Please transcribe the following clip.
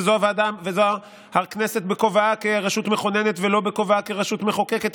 וזו הכנסת בכובעה כרשות מכוננת ולא בכובעה כרשות מחוקקת.